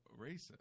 racist